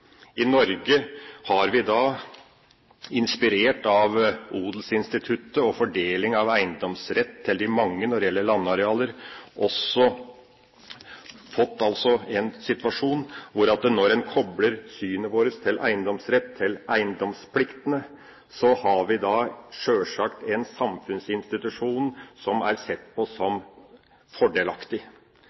I Norge har vi – inspirert av odelsinstituttet og fordeling av eiendomsrett til de mange når det gjelder landarealer – også fått en situasjon der en, når en kobler synet vårt til eiendomsretten, til eiendomspliktene, sjølsagt har en samfunnsinstitusjon som er sett på som fordelaktig.